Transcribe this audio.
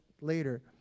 later